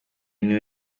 umuntu